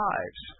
Lives